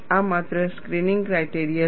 આ માત્ર screening criteria છે